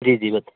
جی جی